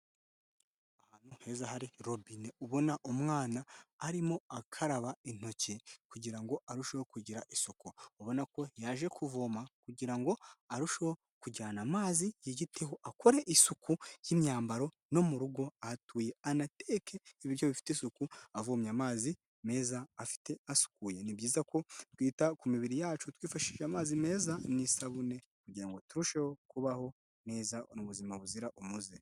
Ahantu heza hari robine, ubona umwana arimo akaraba intoki kugira ngo arusheho kugira isuku, ubona ko yaje kuvoma kugira ngo arusheho kujyana amazi yiyiteho, akore isuku y'imyambaro no mu rugo aho atuye, anateke ibiryo bifite isuku avomye amazi meza afite asukuye. Ni byiza ko twita ku mibiri yacu twifashishije amazi meza n’isabune kugira ngo turusheho kubaho neza m’ubuzima buzira umuze.